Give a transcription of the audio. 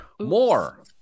More